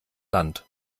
land